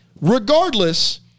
Regardless